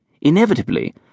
Inevitably